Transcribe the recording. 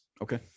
Okay